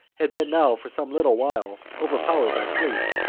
had been now for some little while overpowered by sleep,